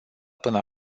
până